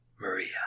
Maria